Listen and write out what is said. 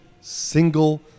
single